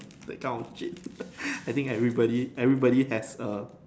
that kind of cheat I think everybody everybody has a